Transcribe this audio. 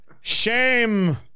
shame